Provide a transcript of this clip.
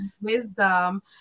wisdom